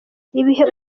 ibihe